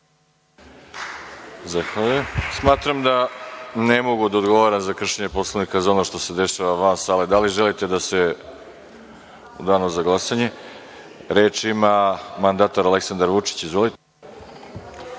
Zahvaljujem. Smatram da ne mogu da odgovaram za kršenje Poslovnika za ono što se dešava van sale. Da li želite da se u danu za glasanje izjasnimo? (Ne)Reč ima mandatar Aleksandar Vučić. Izvolite.